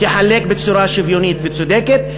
תחלק בצורה שוויונית וצודקת,